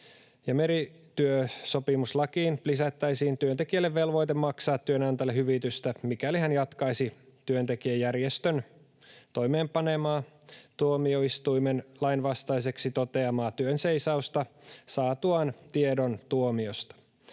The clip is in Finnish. merityösopimuslakiin lisättäisiin työntekijälle velvoite maksaa työnantajalle hyvitystä, mikäli hän jatkaisi työntekijäjärjestön toimeenpanemaa, tuomioistuimen lainvastaiseksi toteamaa työnseisausta saatuaan tiedon tuomiosta,